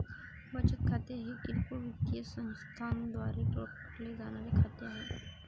बचत खाते हे किरकोळ वित्तीय संस्थांद्वारे राखले जाणारे खाते आहे